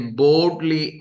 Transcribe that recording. boldly